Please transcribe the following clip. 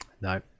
No